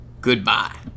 Goodbye